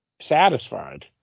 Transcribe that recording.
satisfied